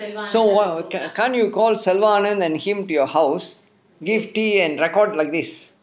so what can't you call selva anand and him to your house give tea and record like this